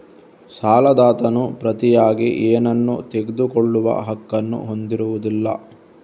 ಸಾಲದಾತನು ಪ್ರತಿಯಾಗಿ ಏನನ್ನೂ ತೆಗೆದುಕೊಳ್ಳುವ ಹಕ್ಕನ್ನು ಹೊಂದಿರುವುದಿಲ್ಲ